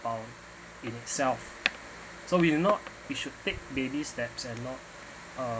while in itself so we not we should take baby steps and not uh